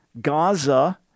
Gaza